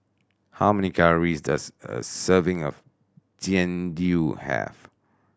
how many calories does a serving of Jian Dui have